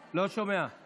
אי לכך אני מעדכן את